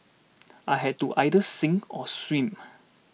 I had to either sink or swim